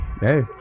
Hey